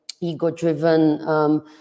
ego-driven